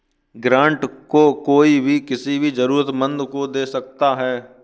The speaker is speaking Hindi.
ग्रांट को कोई भी किसी भी जरूरतमन्द को दे सकता है